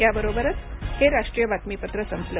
याबरोबरच हे राष्ट्रीय बातमीपत्र संपलं